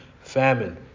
famine